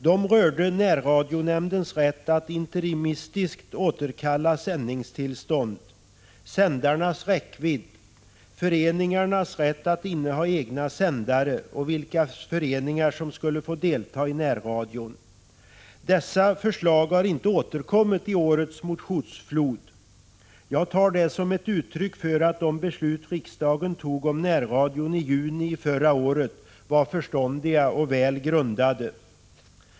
De rörde närradionämndens rätt att interimistiskt återkalla sändningstillstånd, sändarnas räckvidd, föreningarnas rätt att inneha egna sändare och frågan vilka föreningar som skulle få delta i närradion. Dessa förslag har inte återkommit i årets motionsflod. Jag tar det som ett uttryck för att de beslut riksdagen tog om närradion i juni förra året var förståndiga och väl grundade.